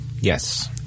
Yes